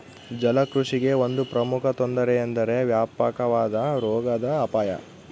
ಜಲಕೃಷಿಗೆ ಒಂದು ಪ್ರಮುಖ ತೊಂದರೆ ಎಂದರೆ ವ್ಯಾಪಕವಾದ ರೋಗದ ಅಪಾಯ